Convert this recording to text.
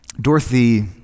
Dorothy